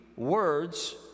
words